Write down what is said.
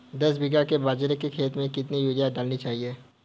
दस बीघा के बाजरे के खेत में कितनी यूरिया डालनी चाहिए?